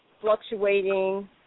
fluctuating